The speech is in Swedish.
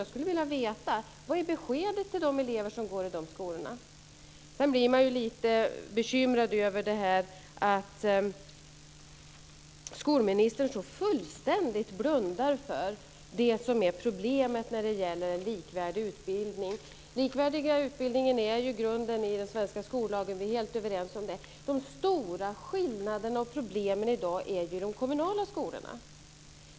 Jag skulle vilja veta vad beskedet är till de elever som går i de skolorna. Sedan blir man lite bekymrad över att skolministern fullständigt blundar för det som är problemet när det gäller en likvärdig utbildning. Den likvärdiga utbildningen är grunden i den svenska skollagen. Vi är helt överens om det. De stora skillnaderna och problemen i dag finns ju i de kommunala skolorna.